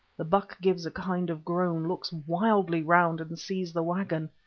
the buck gives a kind of groan, looks wildly round and sees the waggon.